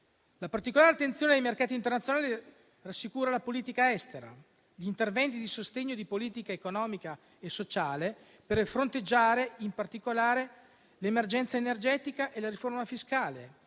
La particolare attenzione ai mercati internazionali rassicura la politica estera. Cito inoltre gli interventi di sostegno e di politica economica e sociale per fronteggiare, in particolare, l'emergenza energetica e la riforma fiscale,